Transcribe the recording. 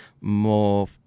more